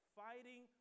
fighting